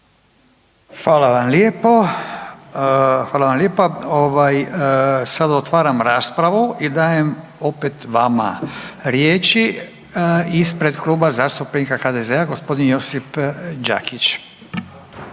Hvala vam lijepo. Sada otvaram raspravu i dajem opet vama riječi ispred Kluba zastupnika HDZ-a g. Josip Đakić.